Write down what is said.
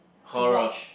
horror